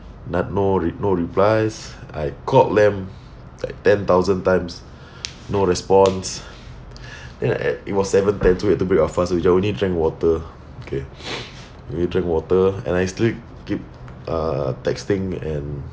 noth~ no no replies I called them like ten thousand times no response then a~ it was seven ten so we had to break our fast which I only drank water okay we only drank water and I still keep uh texting and